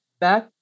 back